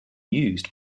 used